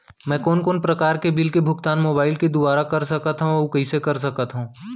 मैं कोन कोन से प्रकार के बिल के भुगतान मोबाईल के दुवारा कर सकथव अऊ कइसे कर सकथव?